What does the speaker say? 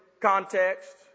context